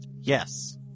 Yes